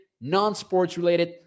non-sports-related